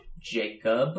Jacob